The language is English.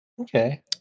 Okay